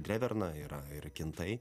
dreverna yra ir kintai